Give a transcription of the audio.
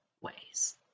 ways